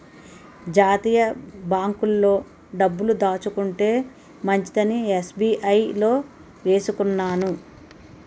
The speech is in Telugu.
జాతీయ బాంకుల్లో డబ్బులు దాచుకుంటే మంచిదని ఎస్.బి.ఐ లో వేసుకున్నాను